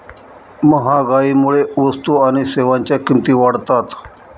महागाईमुळे वस्तू आणि सेवांच्या किमती वाढतात